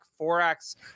Forex